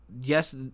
yes